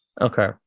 Okay